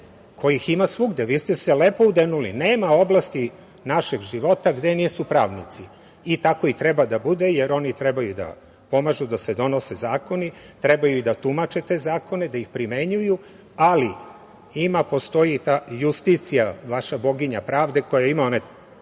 kojih ima svugde. Vi ste se lepo udenuli. Nema oblasti našeg života gde nisu pravnici. Tako i treba da bude jer oni trebaju da pomažu da se donose zakoni, trebaju da tumače te zakone, da ih primenjuju, ali postoji Justicija, vaša boginja pravde koja ima onu